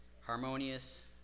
harmonious